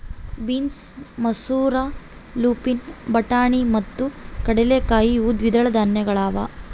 beans ಮಸೂರ lupin ಬಟಾಣಿ ಮತ್ತು ಕಡಲೆಕಾಯಿ ಇವು ದ್ವಿದಳ ಧಾನ್ಯಗಳಾಗ್ಯವ